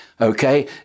okay